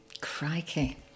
Crikey